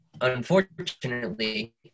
unfortunately